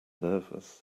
nervous